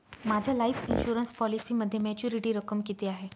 माझ्या life insurance पॉलिसीमध्ये maturity रक्कम किती आहे?